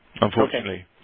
unfortunately